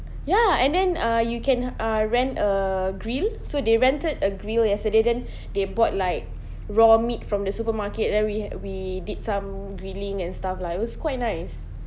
ya and then uh you can uh rent a grill so they rented a grill yesterday then they bought like raw meat from the supermarket then we then we did some grilling and stuff lah it was quite nice